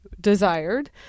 desired